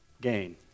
gain